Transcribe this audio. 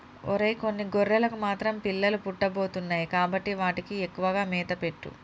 ఒరై కొన్ని గొర్రెలకు మాత్రం పిల్లలు పుట్టబోతున్నాయి కాబట్టి వాటికి ఎక్కువగా మేత పెట్టు